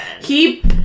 Keep